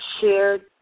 shared